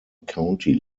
county